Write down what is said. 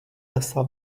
lesa